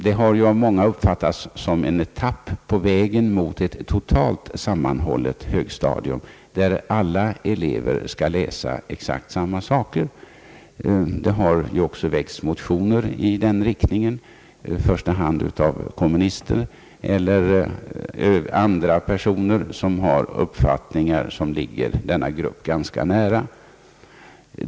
Denna har ju av många uppfattats som en etapp på vägen mot ett totalt sammanhållet högstadium, där alla elever skall läsa exakt samma saker. Det har också väckts motioner i den riktningen, i första hand av kommunister eller av andra personer som har näraliggande uppfattningar.